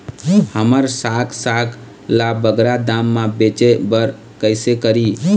हमर साग साग ला बगरा दाम मा बेचे बर कइसे करी?